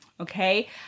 Okay